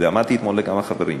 ואמרתי אתמול לכמה חברים: